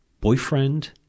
boyfriend